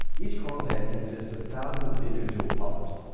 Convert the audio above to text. each coral head consists of thousands of individual polyps.